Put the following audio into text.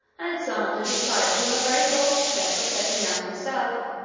alexander decided on the very bold step of setting out himself,